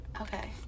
okay